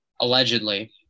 allegedly